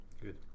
Good